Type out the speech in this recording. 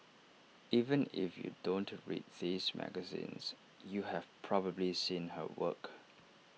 even if you don't read these magazines you have probably seen her work